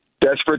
Desperate